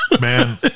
man